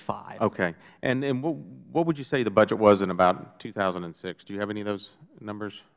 ross okay and then what would you say the budget was in about two thousand and six do you have any of those numbers